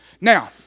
now